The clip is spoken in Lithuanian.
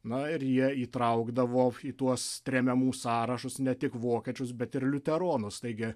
na ir jie įtraukdavo į tuos tremiamų sąrašus ne tik vokiečius bet ir liuteronus taigi